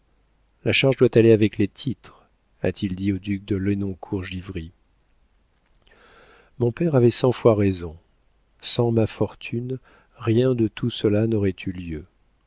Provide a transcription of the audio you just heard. la charge doit aller avec les titres a-t-il dit au duc de lenoncourt givry mon père avait cent fois raison sans ma fortune rien de tout cela n'aurait eu lieu